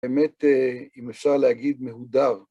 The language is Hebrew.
באמת, אם אפשר להגיד, מהודר.